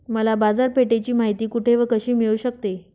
मला बाजारपेठेची माहिती कुठे व कशी मिळू शकते?